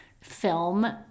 film